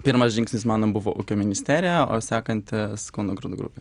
pirmas žingsnis mano buvo ūkio ministerija o sekantis kauno grūdų grupė